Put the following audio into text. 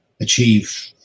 achieve